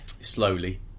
Slowly